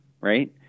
Right